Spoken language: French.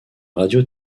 radio